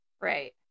Right